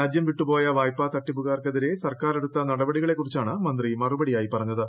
രാജ്യം വിട്ടുപോയ വായ്പാ തട്ടിപ്പുക്കാർക്കെതിരെ സർക്കാർ എടുത്ത നടപടികളെക്കുറിച്ചാണ് മന്ത്രി മറുപടിയായി പറഞ്ഞത്